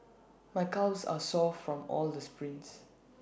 my calves are sore from all the sprints